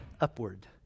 upward